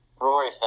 Rory